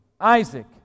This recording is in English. Isaac